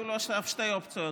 יהיו לו שתי אופציות: